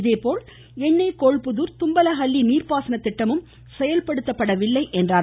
இதேபோல் எண்ணேகோள்புதூர் தும்பலஹள்ளி நீர்பாசன திட்டமும் செயல்படுத்தப்படவில்லை என்றார்